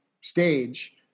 stage